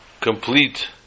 complete